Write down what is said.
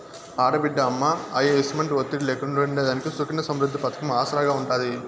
ఆడబిడ్డ అమ్మా, అయ్య ఎసుమంటి ఒత్తిడి లేకుండా ఉండేదానికి సుకన్య సమృద్ది పతకం ఆసరాగా ఉంటాది